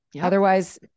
Otherwise